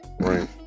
right